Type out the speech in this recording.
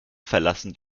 verlassen